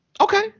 Okay